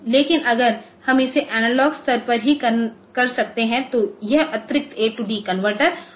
लेकिन अगर हम इसे एनालॉग स्तर पर ही कर सकते हैं तो यह अतिरिक्त ए डी कन्वर्टर्सAD converter आवश्यक नहीं है